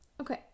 Okay